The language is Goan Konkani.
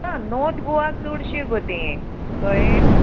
आ नोर्थ गोवा चडशी गो तें कळ्ळें